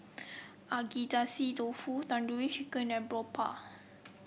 Agedashi Dofu Tandoori Chicken and Boribap